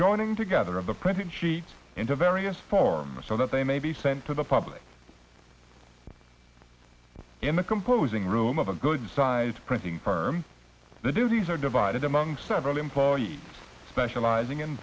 joining together of the credit she into various forms so that they may be sent to the public in the composing room of a good sized printing firm they do the these are divided among several employees specializing in